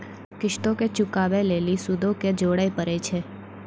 किश्तो के चुकाबै लेली सूदो के जोड़े परै छै